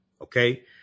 Okay